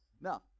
Now